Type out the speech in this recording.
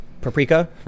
paprika